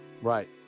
Right